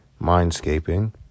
mindscaping